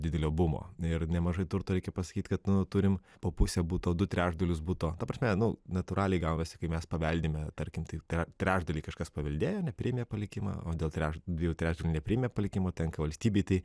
didelio bumo ir nemažai turto reikia pasakyti kad nu turim po pusę buto du trečdalius buto ta prasme nu natūraliai gaunasi kai mes paveldime tarkim tą trečdalį kažkas paveldėjo nepriėmė palikimo o dėl treč dviejų trečdalių nepriėmė palikimo tenka valstybei tai